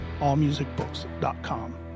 allmusicbooks.com